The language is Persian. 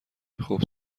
خوب